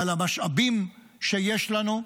ועל המשאבים שיש לנו,